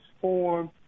Form